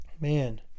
Man